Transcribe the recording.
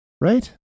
Right